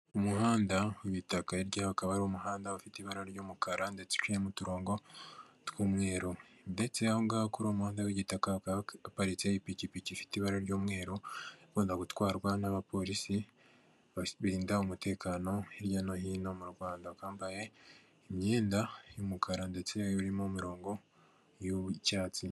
Umuhanda w'ibitaka, hirya yaho hakaba hariho umuhanda ufite ibara ry'umukara ndetse uciyemo uturongo tw'umweru ndetse aho ngaho kuri uwo muhanda w'igitaka hakaba haparitse ipikipiki ifite ibara ry'umweru ikunda gutwarwa n'abapolisi barinda umutekano hirya no hino mu Rwanda. Bakaba bambaye imyenda y'umukara ndetse irimo imirongo y'icyatsi.